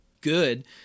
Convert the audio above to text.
good